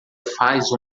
faz